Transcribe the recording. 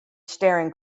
staring